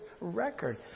record